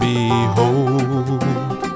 Behold